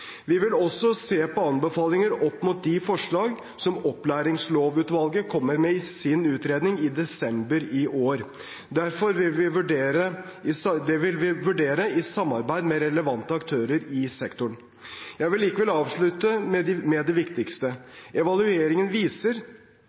Vi vil også se på anbefalingene opp mot de forslagene som opplæringslovutvalget kommer med i sin utredning i desember i år. Dette vil vi vurdere i samarbeid med relevante aktører i sektoren. Jeg vil likevel avslutte med det viktigste: Evalueringen viser